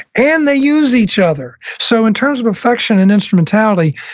and they use each other. so in terms of affection and instrumentality,